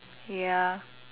ya